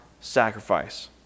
sacrifice